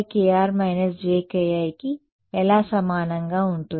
ఏ wc వాస్తవ సంఖ్య కాదు wckr jki కి ఎలా సమానంగా ఉంటుంది